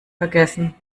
vergessen